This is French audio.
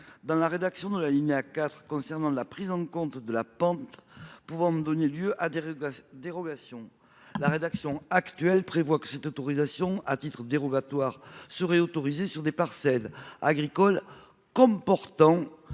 la rédaction de l’alinéa 4 concernant la prise en compte de la pente pouvant donner lieu à des dérogations. La rédaction actuelle prévoit que cette autorisation pourrait être donnée, à titre dérogatoire, sur des parcelles agricoles comportant